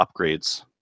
upgrades